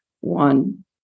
One